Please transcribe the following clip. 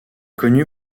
connue